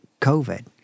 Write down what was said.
COVID